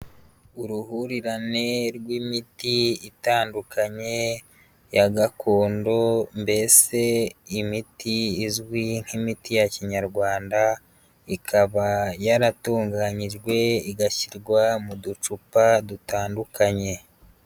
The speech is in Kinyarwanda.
Uruhurirane rw'imiti itandukanye ya gakondo mbese imiti izwi nk'imiti ya kinyarwanda, ikaba yaratunganyijwe igashyirwa mu ducupa dutandukanye.